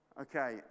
Okay